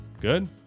Good